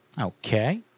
Okay